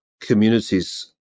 communities